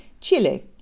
Chile